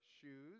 shoes